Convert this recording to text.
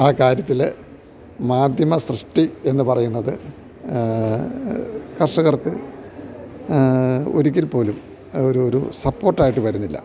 ആ കാര്യത്തില് മാധ്യമ സൃഷ്ടി എന്നു പറയുന്നത് കർഷകർക്ക് ഒരിക്കൽ പോലും ഒരു ഒരു സപ്പോർട്ടായിട്ടു വരുന്നില്ല